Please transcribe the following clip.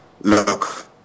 look